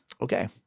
Okay